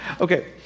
Okay